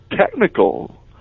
technical